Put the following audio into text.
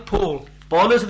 Paul